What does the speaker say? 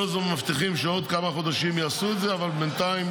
כל הזמן מבטיחים שעוד כמה חודשים יעשו את זה אבל בינתיים